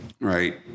right